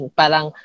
parang